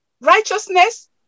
righteousness